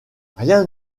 rien